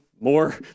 more